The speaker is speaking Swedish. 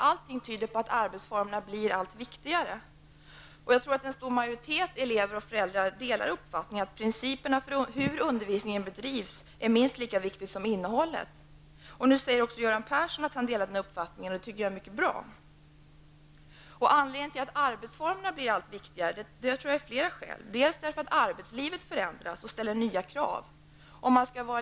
Allt tyder nämligen på att arbetsformerna i skolan blir allt viktigare. Jag tror att en stor majoritet av elever och föräldrar delar uppfattningen att principerna för hur undervisningen bedrivs är minst lika viktiga som innehållet. Nu säger också Göran Persson att han delar den uppfattningen, och det tycker jag är mycket bra. Att arbetsformerna blir allt viktigare tror jag har flera skäl. En anledning är att arbetslivet förändras och ställer nya krav.